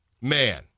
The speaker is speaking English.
man